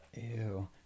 Ew